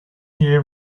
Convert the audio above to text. year